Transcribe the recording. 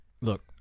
look